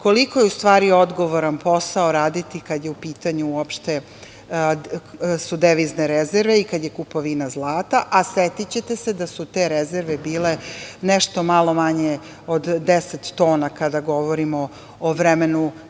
koliko je u stvari odgovoran posao raditi, kada su u pitanju devizne rezerve i kada je kupovina zlata, a setićete se da su te rezerve bile nešto malo manje od 10 tona, kada govorimo o vremenu